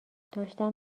داشتم